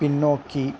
பின்னோக்கி